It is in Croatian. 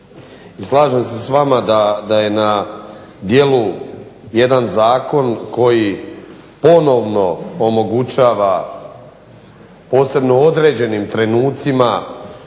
slažem se s vama da je na djelu jedan zakon koji ponovno omogućava posebno određenim trenucima